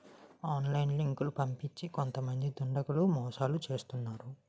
online లింకులు పంపించి కొంతమంది దుండగులు మోసాలు చేస్తున్నారు